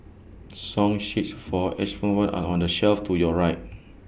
song sheets for xylophones are on the shelf to your right